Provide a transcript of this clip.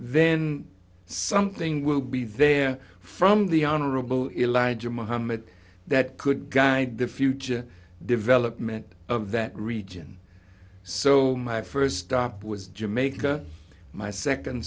then something will be there from the honorable in line to mohammed that could guide the future development of that region so my first stop was jamaica my second